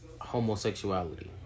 homosexuality